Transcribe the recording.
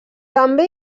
també